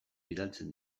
bidaltzen